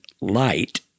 light